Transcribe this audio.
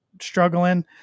struggling